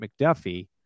mcduffie